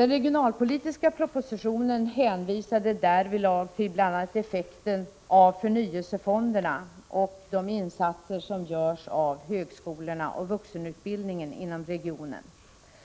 den regionalpolitiska propositionen hänvisades därvidlag till bl.a. effekten av förnyelsefonderna och de insatser som görs av högskolorna och vuxenutbildningen inom regionen.